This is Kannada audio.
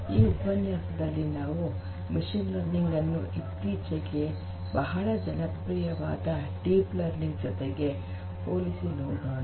ಈ ಉಪನ್ಯಾಸದಲ್ಲಿ ನಾವು ಮಷೀನ್ ಲರ್ನಿಂಗ್ ಅನ್ನು ಇತ್ತೀಚಿಗೆ ಬಹಳ ಜನಪ್ರಿಯವಾದ ಡೀಪ್ ಲರ್ನಿಂಗ್ ಜೊತೆಗೆ ಹೋಲಿಸಿ ನೋಡೋಣ